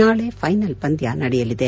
ನಾಳಿ ಫೈನಲ್ ಪಂದ್ಯ ನಡೆಯಲಿದೆ